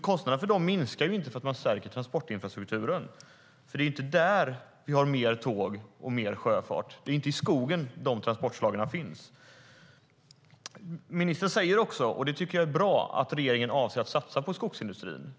Kostnaderna för dem minskar inte för att man stärker transportinfrastrukturen. Det är inte där som vi har mer tåg och sjöfart. De transportslagen finns inte i skogen. Ministern säger också, vilket jag tycker är bra, att regeringen avser att satsa på skogsindustrin.